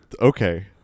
Okay